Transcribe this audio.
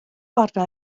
arna